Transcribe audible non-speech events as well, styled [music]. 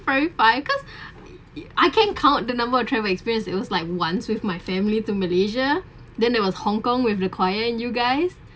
verify because [noise] I can't count the number of travel experience it was like once with my family to malaysia then there was hong kong with the choir and you guys